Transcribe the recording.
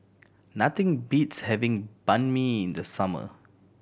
nothing beats having Banh Mi in the summer